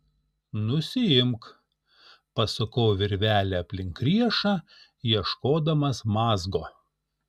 nusiimk pasukau virvelę aplink riešą ieškodamas mazgo